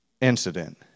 incident